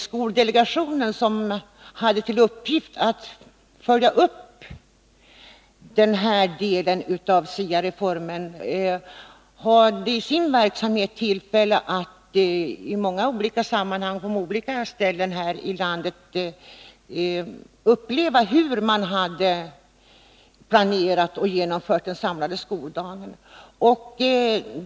Skoldelegationen, som hade till uppgift att följa upp denna del av SIA-reformen, hade i sin verksamhet tillfälle att i olika sammanhang och på skilda ställen i landet uppleva hur man hade planerat och genomfört den samlade skoldagen.